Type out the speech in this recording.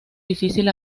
difícil